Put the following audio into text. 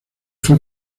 fue